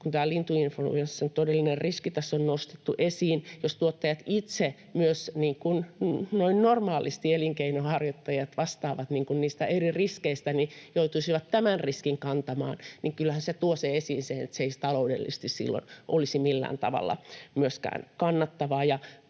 tämä lintuinfluenssan todellinen riski tässä on nostettu esiin, niin jos tuottajat itse — niin kuin normaalisti elinkeinonharjoittajat vastaavat eri riskeistä — myös joutuisivat tämän riskin kantamaan, niin eihän se taloudellisesti silloin olisi millään tavalla myöskään kannattavaa.